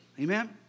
Amen